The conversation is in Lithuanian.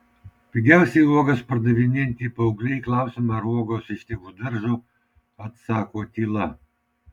pigiausiai uogas pardavinėjanti paauglė į klausimą ar uogos iš tėvų daržo atsako tyla